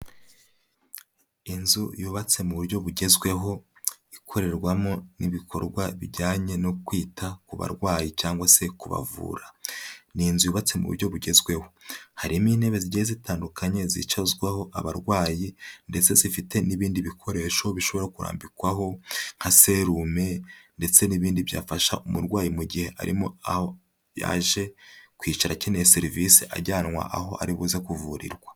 Inzu yubatse mu buryo bugezweho ikorerwamo n'ibikorwa bijyanye no kwita ku barwayi cyangwa se kubavura. Ni inzu yubatse mu buryo bugezweho, harimo intebe zigiye zitandukanye zicazwaho abarwayi ndetse zifite n'ibindi bikoresho bishobora kurambikwaho nka serume ndetse n'ibindi byafasha umurwayi mu gihe arimo aho yaje kwicara akeneye serivise, ajyanwa aho ari buze kuvurirwa.